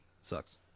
Sucks